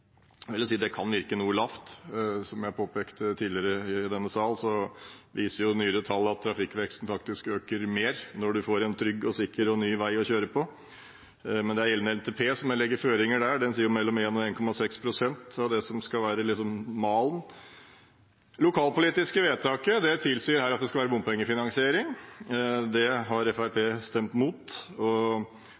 si at det kan virke noe lavt. Som jeg påpekte tidligere i denne sal, viser nyere tall at trafikkveksten faktisk øker mer når man får en trygg, sikker og ny vei å kjøre på. Men det er gjeldende NTP som legger føringer der, og den sier at mellom 1 og 1,6 pst. er det som skal være malen. Det lokalpolitiske vedtaket tilsier her at det skal være bompengefinansiering. Det har Fremskrittspartiet stemt